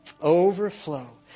overflow